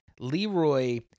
Leroy